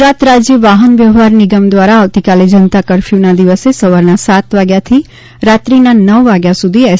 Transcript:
ગુજરાત રાજ્ય વાહનવ્યવહાર નિગમ દ્વારા આવતીકાલે જનતા કર્ફયુના દિવસે સવારના સાત વાગ્યાથી રાત્રીના નવ વાગ્યા સુધી એસ